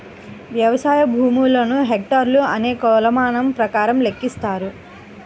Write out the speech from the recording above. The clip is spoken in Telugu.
వ్యవసాయ భూములను హెక్టార్లు అనే కొలమానం ప్రకారం లెక్కిస్తారు